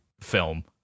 film